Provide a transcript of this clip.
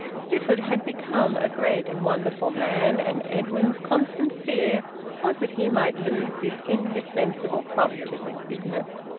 stifford had become a great and wonderful man, and edwin's constant fear was that he might lose this indispensable prop to his business.